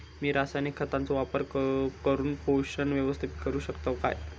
मी रासायनिक खतांचो वापर करून पोषक व्यवस्थापन करू शकताव काय?